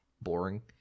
boring